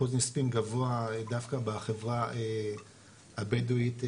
אחוז נספים גבוה דווקא בחברה הבדואית בדרום,